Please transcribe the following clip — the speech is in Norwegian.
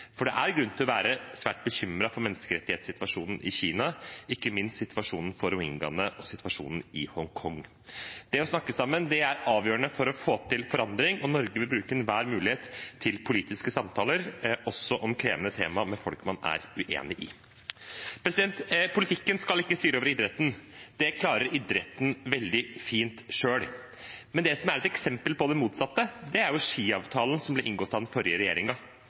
For det er grunn til å være svært bekymret for menneskerettighetssituasjonen i Kina, ikke minst situasjonen for uigurene og situasjonen i Hongkong. Det å snakke sammen er avgjørende for å få til forandring, og Norge vil bruke enhver mulighet til politiske samtaler, også om krevende temaer med folk man er uenig med. Politikken skal ikke styre idretten. Det klarer idretten veldig fint selv. Men det som er et eksempel på det motsatte, er skiavtalen som ble inngått av den forrige